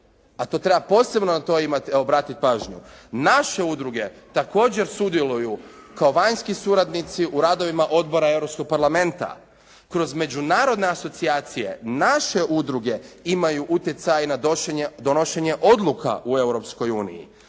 na to treba posebno obratiti pažnju, naše udruge također sudjeluju kao vanjski suradnici u radovima Odbora Europskog parlamenta, kroz međunarodne asocijacije. Naše udruge imaju utjecaj na donošenje odluka u